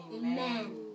Amen